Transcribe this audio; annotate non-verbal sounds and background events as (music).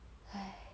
(breath)